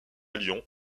lyon